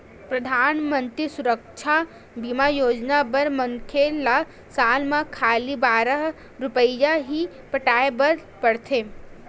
परधानमंतरी सुरक्छा बीमा योजना बर मनखे ल साल म खाली बारह रूपिया ही पटाए बर परथे